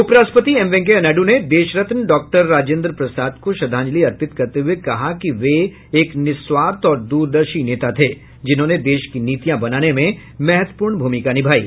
उप राष्ट्रपति एम वेंकैया नायडू ने देशरत्न डॉक्टर राजेन्द्र प्रसाद को श्रद्धांजलि अर्पित करते हुए कहा कि वे एक निःस्वार्थ और द्रदर्शी नेता थे जिन्होंने देश की नीतियां बनाने में महत्वपूर्ण भूमिका निभायी